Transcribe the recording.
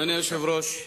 אדוני היושב-ראש,